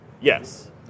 yes